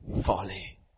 folly